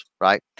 right